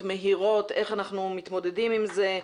מהירות להתמודד עם זה.